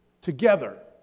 together